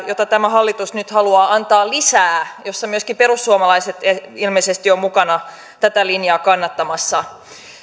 mitä tämä hallitus nyt haluaa antaa lisää ja myöskin perussuomalaiset ilmeisesti ovat mukana tätä linjaa kannattamassa